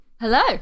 Hello